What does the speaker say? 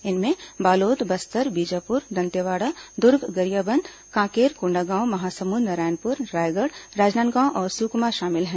इनमें बालोद बस्तर बीजापुर दंतेवाड़ा दुर्ग गरियाबंद कांकेर कोंडागांव महासमुंद नारायणपुर रायगढ़ राजनांदगांव और सुकमा शामिल हैं